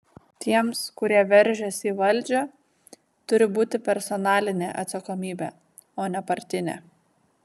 tiems kurie veržiasi į valdžią turi būti personalinė atsakomybė o ne partinė